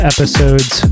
Episodes